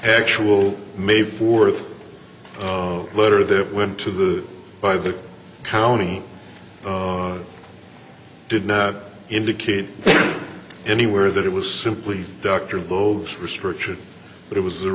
actual may fourth letter that went to the by the county did not indicate anywhere that it was simply dr globes restriction but it was a